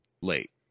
late